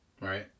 Right